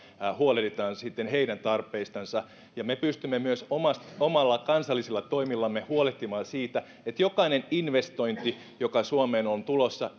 huolehditaan sitten heidän tarpeistansa ja me pystymme myös omilla kansallisilla toimillamme huolehtimaan siitä että jokainen investointi joka suomeen on tulossa